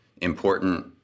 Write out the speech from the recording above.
important